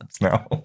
now